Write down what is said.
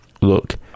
look